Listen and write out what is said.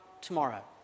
tomorrow